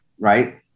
right